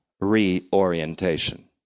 reorientation